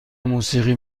موسیقی